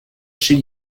chez